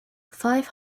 five